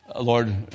Lord